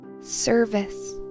service